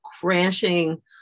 crashing